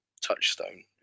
touchstone